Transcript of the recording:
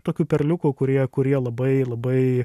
tokių perliukų kurie kurie labai labai